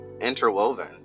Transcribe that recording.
interwoven